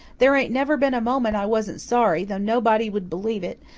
there ain't never been a moment i wasn't sorry, though nobody would believe it.